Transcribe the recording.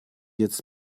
jetzt